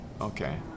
Okay